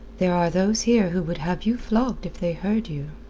there are those here who would have you flogged if they heard you.